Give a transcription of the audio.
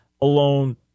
alone